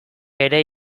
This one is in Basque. ere